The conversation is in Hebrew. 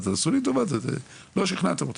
תעשו לי טובה, לא שכנעתם אותי.